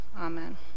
Amen